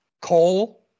coal